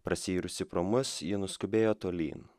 prasiyrusi pro mus ji nuskubėjo tolyn